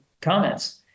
comments